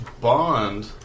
bond